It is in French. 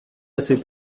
assez